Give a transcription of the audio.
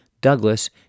Douglas